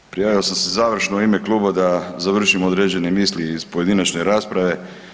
Ma, prijavio sam se završno u ime kluba da završim određene misli iz pojedinačne rasprave.